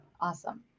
Awesome